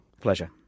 Pleasure